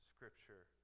scripture